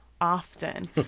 often